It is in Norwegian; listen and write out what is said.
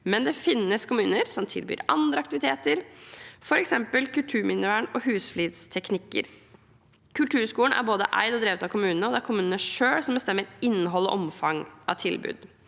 Men det finnes kommuner som tilbyr andre aktiviteter, f.eks. kulturminnevern og husflidsteknikker. Kulturskolene er både eid og drevet av kommunene, og det er kommunene selv som bestemmer innhold og omfang av tilbud.